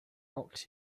rocks